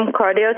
cardio